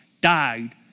died